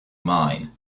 mine